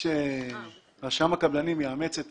מאוד שרשם הקבלנים יאמץ את